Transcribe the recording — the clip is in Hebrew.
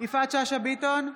יפעת שאשא ביטון,